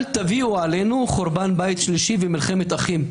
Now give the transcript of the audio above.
אל תביאו עלינו חורבן בית שלישי ומלחמת אחים.